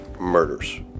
murders